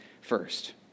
first